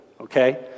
okay